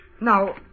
Now